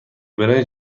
برنج